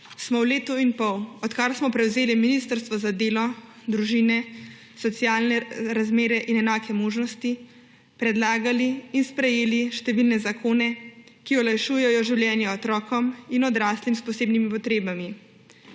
smo v letu in pol, odkar smo prevzeli Ministrstvo za delo, družino, socialne razmere in enake možnosti, predlagali in sprejeli številne zakone, ki olajšujejo življenja otrokom in odraslim s posebnimi potrebami.